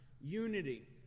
unity